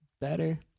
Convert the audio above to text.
better